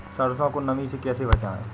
सरसो को नमी से कैसे बचाएं?